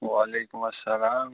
وعلیکُم اَلسَلام